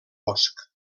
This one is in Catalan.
bosc